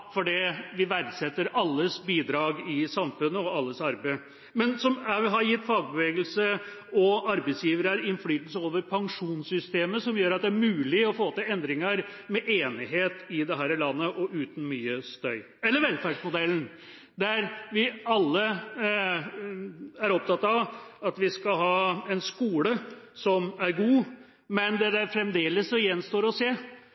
fordi vi verdsetter alles bidrag og alles arbeid i samfunnet men som også har gitt fagbevegelsen og arbeidsgiverne innflytelse over pensjonssystemet, noe som gjør at det er mulig å få til endringer med enighet og uten mye støy i dette landet. Ta velferdsmodellen: Vi er alle er opptatt av at vi skal ha en skole som er god, men det gjenstår fremdeles å se